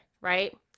right